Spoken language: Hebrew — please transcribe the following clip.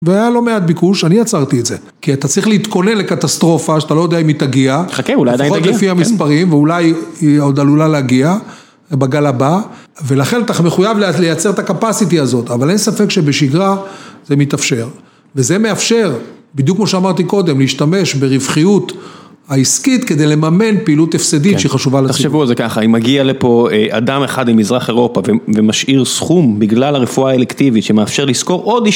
והיה לא מעט ביקוש, אני עצרתי את זה. כי אתה צריך להתכונן לקטסטרופה שאתה לא יודע אם היא תגיע. חכה, אולי עדיין תגיע. לפחות לפי המספרים, ואולי היא עוד עלולה להגיע בגל הבא, ולכן אתה מחויב לייצר את הקפסיטי הזאת, אבל אין ספק שבשגרה זה מתאפשר. וזה מאפשר, בדיוק כמו שאמרתי קודם, להשתמש ברווחיות העסקית כדי לממן פעילות הפסדית שחשובה לציבור. תחשבו על זה ככה, אם מגיע לפה אדם אחד ממזרח אירופה ומשאיר סכום בגלל הרפואה האלקטיבית שמאפשר לשכור עוד איש...